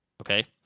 okay